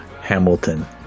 hamilton